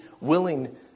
willing